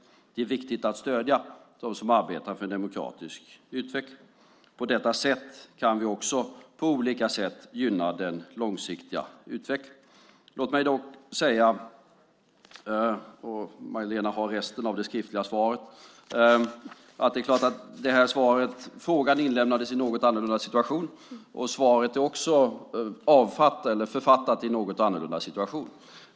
Det är också viktigt att stödja dem som arbetar för en demokratisk utveckling. På det sättet kan vi också på olika sätt gynna den långsiktiga utvecklingen. I stället för att läsa upp resten av det skriftliga svaret som Magdalena Streijffert har fått ska jag säga följande. Interpellationen inlämnades i en något annorlunda situation, och svaret är också författat i en något annorlunda situation.